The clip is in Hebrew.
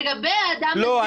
לגבי האדם הזה --- לא,